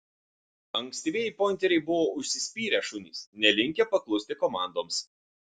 ankstyvieji pointeriai buvo užsispyrę šunys nelinkę paklusti komandoms